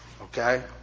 Okay